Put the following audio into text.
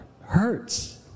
hurts